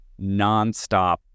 nonstop